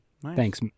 Thanks